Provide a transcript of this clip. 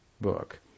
book